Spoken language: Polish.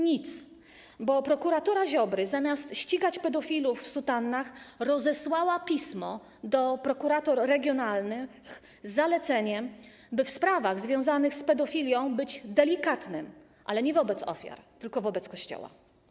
Nic. Bo prokuratura Ziobry, zamiast ścigać pedofilów w sutannach, rozesłała pismo do prokuratur regionalnych z zaleceniem, by w sprawach związanych z pedofilią być delikatnym - ale nie wobec ofiar, tylko wobec Kościoła.